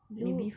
blue